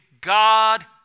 God